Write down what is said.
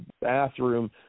bathroom